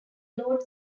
lord